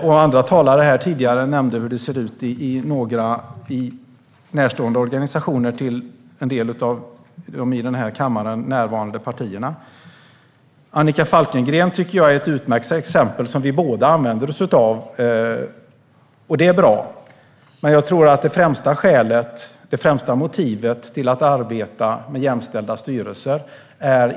Tidigare talare har nämnt hur det ser ut i några organisationer som står nära en del av de i den här kammaren närvarande partierna. Annika Falkengren är ett utmärkt exempel, som vi båda använder. Det är bra. Men jag tror inte att hotet om kvotering är det främsta motivet till att arbeta med jämställda styrelser.